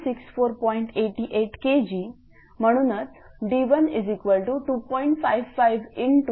88 Kg म्हणूनच d12